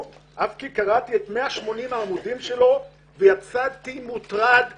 אך שקראתי את כל 180 עמודיו ויצאתי מוטרד מאוד.